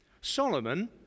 Solomon